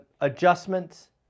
adjustments